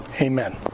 Amen